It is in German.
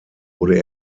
wurde